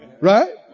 Right